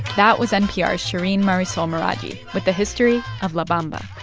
that was npr's shereen marisol meraji with the history of la bamba.